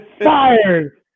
Fired